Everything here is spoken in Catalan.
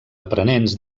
aprenents